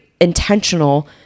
intentional